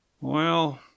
Well